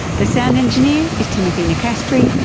the sound engineer is timothy nicastri.